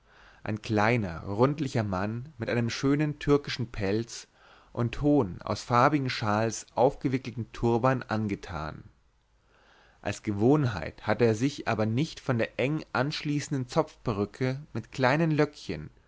ein kleiner rundlicher mann mit einem schönen türkischen pelz und hohem aus farbigten shawls aufgewickeltem turban angetan aus gewohnheit hatte er sich aber nicht von der eng anschließenden zopfperücke mit kleinen löckchen